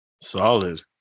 Solid